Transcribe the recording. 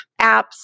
apps